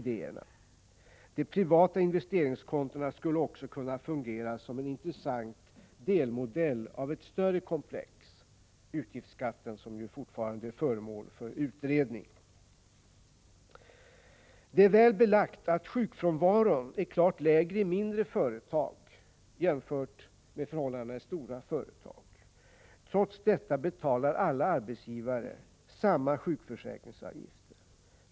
De privata investeringskontona skulle också kunna fungera som en intressant delmodell av ett större komplex — utgiftsskatten — som fortfarande är föremål för utredning. Det är väl belagt att sjukfrånvaron är klart lägre i mindre företag jämfört med förhållandena i de stora företagen. Trots detta betalar arbetsgivarna samma sjukförsäkringsavgifter.